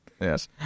Yes